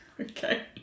okay